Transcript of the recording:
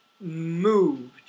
moved